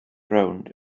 rownd